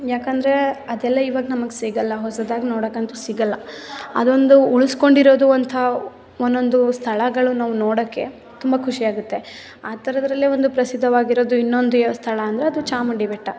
ಯಾಕಂದ್ರೆ ಅದೆಲ್ಲ ಇವಾಗ ನಮಗೆ ಸಿಗೋಲ್ಲ ಹೊಸದಾಗಿ ನೋಡೋಕ್ಕಂತೂ ಸಿಗೋಲ್ಲ ಅದೊಂದು ಉಳಿಸ್ಕೊಂಡಿರೋದು ಅಂಥ ಒಂದೊಂದು ಸ್ಥಳಗಳು ನಾವು ನೋಡೋಕ್ಕೆ ತುಂಬ ಖುಷಿಯಾಗುತ್ತೆ ಆ ಥರದರಲ್ಲೇ ಒಂದು ಪ್ರಸಿದ್ಧವಾಗಿರೋದು ಇನ್ನೊಂದು ಯಾವ ಸ್ಥಳ ಅಂದರೆ ಅದು ಚಾಮುಂಡಿ ಬೆಟ್ಟ